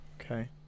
okay